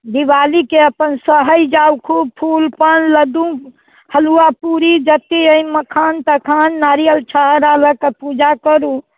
दीवालीके अपन सहै जाउ खूब फूल पान लड्डू हलुआ पूरी जतेक अइ मखान तखान नारियल छोहाड़ा लऽ कऽ पूजा करू